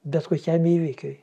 bet kokiam įvykiui